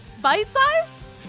Bite-sized